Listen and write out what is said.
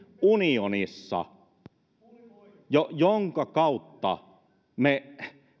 unionissa jonka kautta me